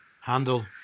Handle